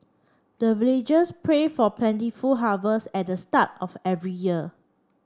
the villagers pray for plentiful harvest at the start of every year